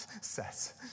says